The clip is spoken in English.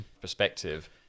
perspective